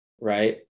right